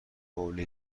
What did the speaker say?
حوله